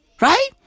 Right